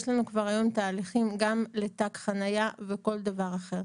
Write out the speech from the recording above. יש לנו כבר היום תהליכים גם לתג חניה ולכל דבר אחר.